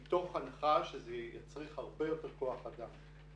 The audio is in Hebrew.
מתוך הנחה שזה יצריך הרבה יותר כוח אדם.